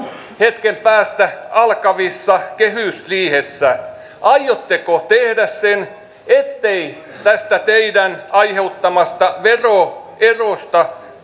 hetken päästä alkavassa kehysriihessä aiotteko tehdä sen ettei tästä teidän aiheuttamastanne veroerosta